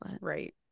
Right